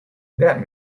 that